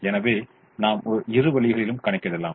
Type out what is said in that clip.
எனவே நாம் இரு வழிகளிலும் கணக்கிடலாம்